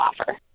offer